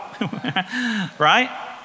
Right